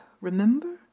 remember